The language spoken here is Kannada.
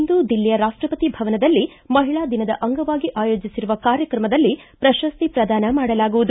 ಇಂದು ದಿಲ್ಲಿಯ ರಾಷ್ಲಪತಿ ಭವನದಲ್ಲಿ ಮಹಿಳಾ ದಿನದ ಅಂಗವಾಗಿ ಆಯೋಜಿಸಿರುವ ಕಾರ್ಯಕ್ರಮದಲ್ಲಿ ಪ್ರಶಸ್ತಿ ಪ್ರದಾನ ಮಾಡಲಾಗುವುದು